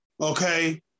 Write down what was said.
Okay